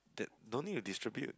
that don't need to distribute